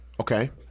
Okay